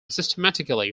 systematically